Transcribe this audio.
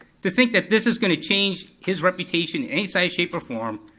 to think that this is gonna change his reputation in any size, shape, or form,